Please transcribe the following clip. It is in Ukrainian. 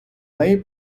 неї